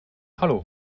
hallo